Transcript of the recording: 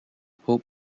pope